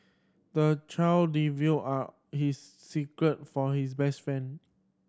the child divulged are his secrets for his best friend